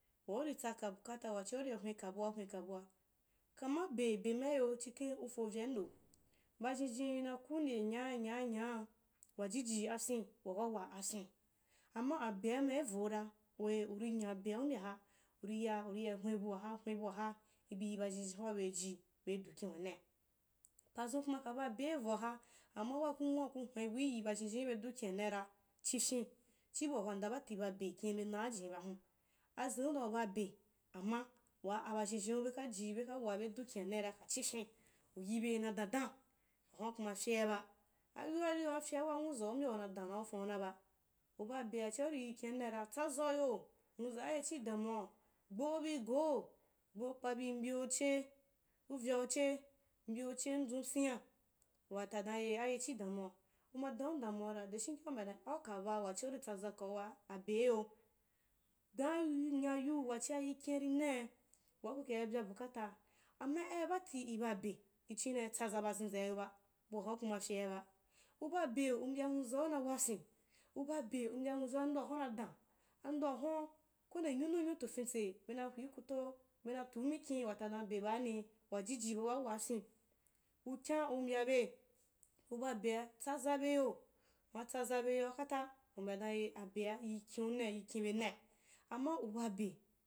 Wauri tsaka bukata tsaka bukata wachia uri yai hwenka buua-hwenka bua, kama bebe maiyo chikhen ufovya indo bazhezhen na kuuse nyaa-nyaa-nyaa wajij akyin wa wawa afyim amma abea maivora, wei uri nga bea u mbya hara, uri ya uri yai hwen buaha-hwen buaha ibii bazhenzhen hao, bejin bei du kin’ania pazum kima kaba bei ivoa ha amma wa ku nwa k hwen bui yi ba zhenzheno bedu kinanaira chikyin chii buahwa ndan bati babe kinbe naajiba hun, azinu dan uba be amma wa bazhenzhen bekaji bekawa bedun kina naira ka chifyin, uyiba na dendana wahuna a kuma ryeaba, ayoiriyoa kyea waa nwuaai u mya una danna ufanu naba uba be achia uri yi kin’anaira tsazavyo. nwuza aye chii damuwaa? Gbeubi goo gbeu kpabi mbyeche u uyauchr mbyeuxhe nzun pyina wata da neh aye chii dauwa kuma dan’u damuwaara deshinkea u mbya dan aukaba wachia uri tsakauwa abe iyo dan yiu nyayi wachia yi kini ri nai wachia kukai byea bukata amma aibata iba be ichoni dan itsaza bazinaiyo ba bua hua kuma ryeabu, ubabe mbya nwuzau na wakyim ua be nwuza anfoa huna na dan, andoa huna kwende nyonu nyotu fitse bna hwii kuto, bea tuu mikin wata dan abe baani wajii bu wawa afyim. ukyanu mbyabe uba bei tsaza beyo umma tsaza beyoa kata u mbya dan e abea, iyi kin’u nai iy kinbe nai amma uba be